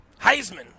Heisman